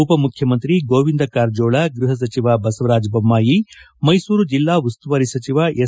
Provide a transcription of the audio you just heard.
ಉಪಮುಖ್ಯಮಂತ್ರಿ ಗೋವಿಂದ ಕಾರಜೋಳ ಗೃಹಸಚಿವ ಬಸವರಾಜ ಬೊಮ್ಮಾಯಿ ಮೈಸೂರು ಜಿಲ್ಲಾ ಉಸ್ತುವಾರಿ ಸಚಿವ ಎಸ್